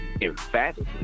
emphatically